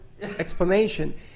explanation